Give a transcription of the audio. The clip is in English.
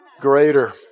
greater